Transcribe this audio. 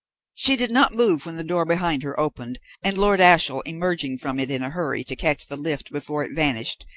she did not move when the door behind her opened, and lord ashiel, emerging from it in a hurry to catch the lift before it vanished,